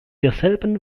derselben